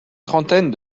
trentaine